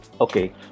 okay